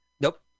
Nope